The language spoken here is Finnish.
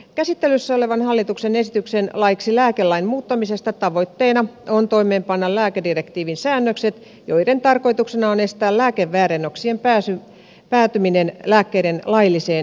käsittelyssä olevan hallituksen esityksen laiksi lääkelain muuttamisesta tavoitteena on toimeenpanna lääkedirektiivin säännökset joiden tarkoituksena on estää lääkeväärennöksien päätyminen lääkkeiden lailliseen jakelukanavaan